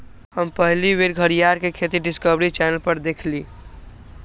हम पहिल बेर घरीयार के खेती डिस्कवरी चैनल पर देखली